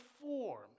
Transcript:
form